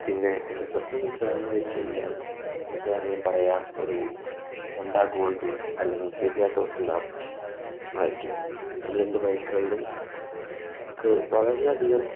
പിന്നെ എൻ്റെ സ്വന്തം ബൈക്ക് ഏതാണെന്നു ചോദിച്ചു കഴിഞ്ഞാൽ മിക്കവാറും ഞാൻ പറയുക ഒരു ഹുണ്ടാ ഗോൾഡ്വിൻ അല്ലെങ്കിൽ C B R thousand R ആയിരിക്കും ഈ രണ്ടു ബൈക്കുകളിലും നമുക്ക് വളരെയധികം